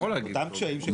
הקשיים.